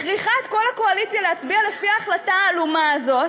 מכריחה את כל הקואליציה להצביע לפי ההחלטה העלומה הזאת,